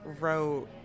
wrote